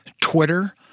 Twitter